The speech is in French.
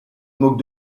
moquent